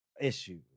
issue